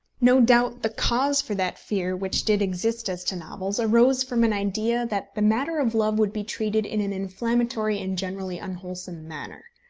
no doubt the cause for that fear which did exist as to novels arose from an idea that the matter of love would be treated in an inflammatory and generally unwholesome manner.